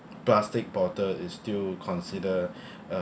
plastic bottle is still consider uh